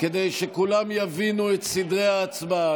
כדי שכולם יבינו את סדרי ההצבעה.